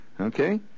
Okay